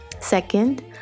Second